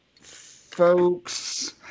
folks